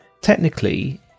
technically